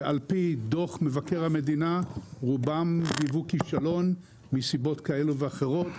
שעל פי דוח מבקר המדינה רובן היוו כישלון מסיבות כאלו ואחרות,